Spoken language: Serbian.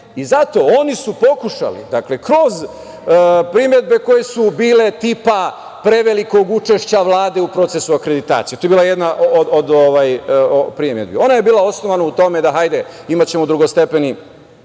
Zato su oni pokušali kroz primedbe koje su bile tipa prevelikog učešća Vlade u procesu akreditacije, to je bila jedna od primedbi. Ona je bila osnovana u tome da, hajde, imaćemo drugostepeno